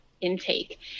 intake